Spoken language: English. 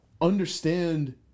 understand